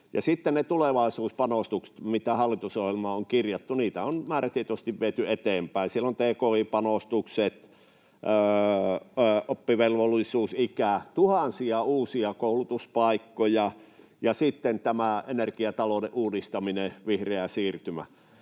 sitten ne tulevaisuuspanostukset, mitä hallitusohjelmaan on kirjattu, niitä on määrätietoisesti viety eteenpäin. Siellä ovat tki-panostukset, oppivelvollisuusikä, tuhansia uusia koulutuspaikkoja ja sitten tämä energiatalouden uudistaminen, vihreä siirtymä.